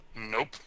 Nope